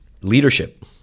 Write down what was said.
Leadership